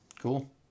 Cool